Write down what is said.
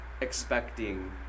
expecting